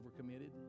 overcommitted